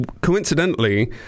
coincidentally